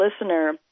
listener